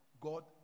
God